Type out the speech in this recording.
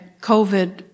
COVID